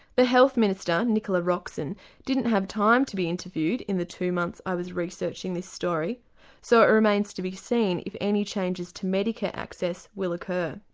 the health minister nicola roxon didn't have time to be interviewed in the two months i was researching this story so it remains to be seen if any changes to medicare access will occur.